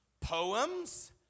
poems